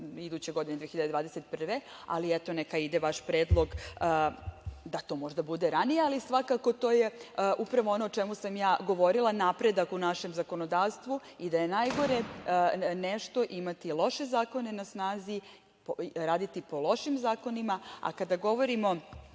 2021. godine, ali eto, neka ide vaš predlog da to možda bude ranije, ali svakako to je upravo ono o čemu sam ja govorila, napredak u našem zakonodavstvu i da je najgore nešto imati loše zakone na snazi i raditi po lošim zakonima. Kada govorimo